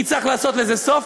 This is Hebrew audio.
כי צריך לעשות לזה סוף.